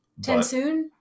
Tensoon